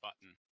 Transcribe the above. button